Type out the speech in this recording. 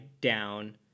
down